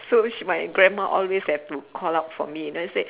so she my grandma always have to call out for me then I say